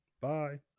bye